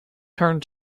turned